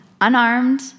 unarmed